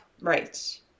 Right